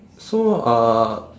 so uh